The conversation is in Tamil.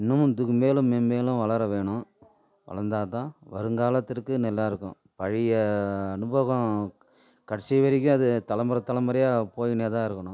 இன்னமும் இதுக்கு மேலும் மேலும் வளர வேணும் வளர்ந்தா தான் வருங்காலத்திற்கு நல்லா இருக்கும் பழைய அனுபவம் கடைசி வரைக்கும் அது தலைமுற தலமுறையாக போயின்னே தான் இருக்கணும்